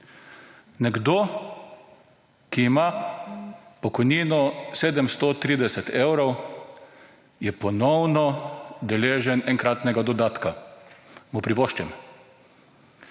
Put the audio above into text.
Nekdo, ki ima pokojnino 730 evrov, je ponovno deležen enkratnega dodatka. Mu privoščim.